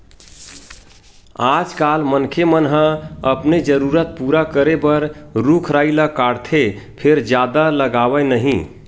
आजकाल मनखे मन ह अपने जरूरत पूरा करे बर रूख राई ल काटथे फेर जादा लगावय नहि